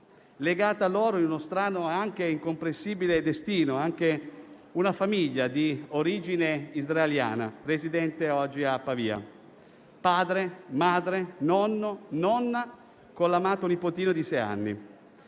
Legata a loro, in uno strano e anche incomprensibile destino, una famiglia di origine israeliana residente oggi a Pavia: padre, madre, nonno e nonna con l'amato nipotino di sei anni.